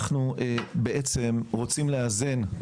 אנחנו בעצם רוצים לאזן,